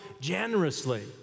generously